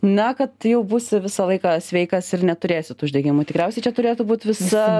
na kad jau būsi visą laiką sveikas ir neturėsi tų uždegimų tikriausiai čia turėtų būt visa